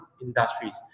industries